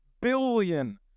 billion